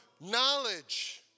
knowledge